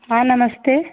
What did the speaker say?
हाँ नमस्ते